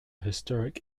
historic